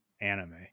anime